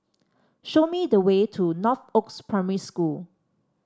show me the way to Northoaks Primary School